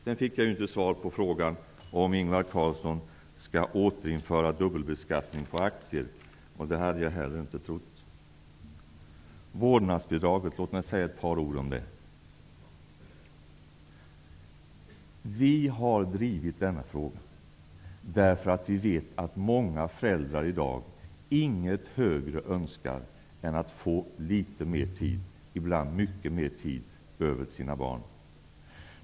Jag fick inget svar på frågan om Ingvar Carlsson skall återinföra dubbelbeskattningen på aktier. Det hade jag inte heller väntat mig. Låt mig säga ett par ord om vårdnadsbidraget. Vi har drivit denna fråga, eftersom vi vet att många föräldrar i dag inget högre önskar än att få litet mera tid, ibland mycket mera tid, över för sina barn.